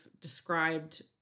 described